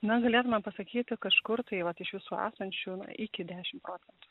na galėtumėm pasakyti kažkur tai vat iš visų esančių iki dešim procentų